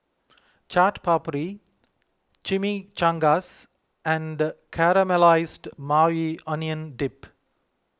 Chaat Papri Chimichangas and Caramelized Maui Onion Dip